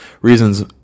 reasons